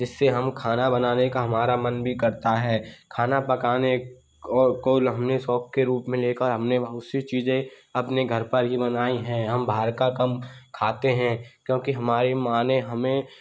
जिससे हम खाना बनाने का हमारा मन भी करता है खाना पकाने हमने शौक के रूप में लेकर हमने बहुत सी चीज़ें अपने घर पर ही बनाई हैं हम बाहर का कम खाते हैं क्योंकि हमारी माँ ने हमें